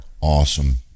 awesome